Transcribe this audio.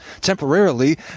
temporarily